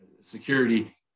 security